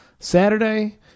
Saturday